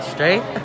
Straight